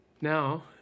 Now